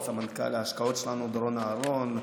ההשקעות, סמנכ"ל ההשקעות שלנו דורון אהרן,